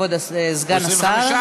כבוד סגן השר.